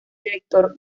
director